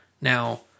Now